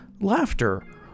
laughter